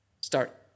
start